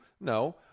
no